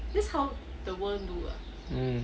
mm